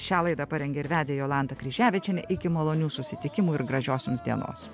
šią laidą parengė ir vedė jolanta kryževičienė iki malonių susitikimų ir gražios jums dienos